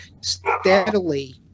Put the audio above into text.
steadily